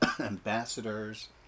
ambassadors